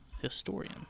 historian